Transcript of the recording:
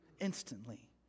Instantly